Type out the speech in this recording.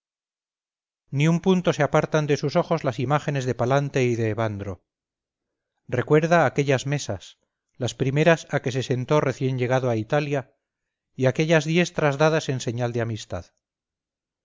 ni un punto se apartan de sus ojos las imágenes de palante y de evandro recuerda aquellas mesas las primeras a que se sentó recién llegado a italia y aquellas diestras dadas en señal de amistad